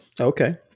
okay